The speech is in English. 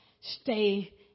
stay